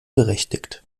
berechtigt